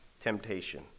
temptation